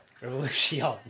Revolution